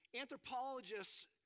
Anthropologists